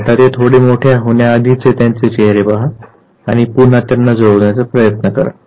आता ते थोडे मोठे होण्याआधीचे त्यांचे चेहरे पहा आणि पुन्हा त्यांना जुळवण्याचा प्रयत्न करा